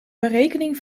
berekening